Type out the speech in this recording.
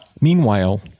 Meanwhile